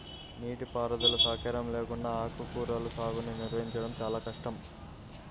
నీటిపారుదల సౌకర్యం లేకుండా ఆకుకూరల సాగుని నిర్వహించడం చాలా కష్టం